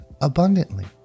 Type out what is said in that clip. abundantly